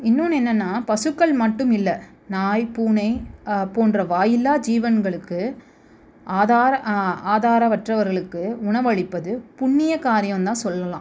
இன்னொன்னு என்னென்னா பசுக்கள் மட்டும் இல்லை நாய் பூனை போன்ற வாய் இல்லா ஜீவன்களுக்கு ஆதார ஆதாரமற்றவர்களுக்கு உணவளிப்பது புண்ணிய காரியம் தான் சொல்லலாம்